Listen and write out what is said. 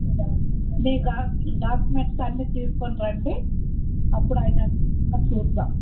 క మీ డాక్యుమెంట్స్ అన్ని తీసుకొని రండి అప్పుడు అయినా చూద్దాం